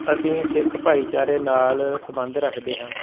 ਅਸੀਂ ਸਿੱਖ ਭਾਈਚਾਰੇ ਨਾਲ ਸੰਬੰਧ ਰੱਖਦੇ ਹਾਂ